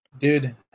Dude